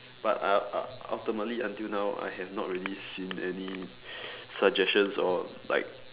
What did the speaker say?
but uh ultimately until now I have not really seen any suggestions or like